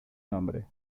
nombre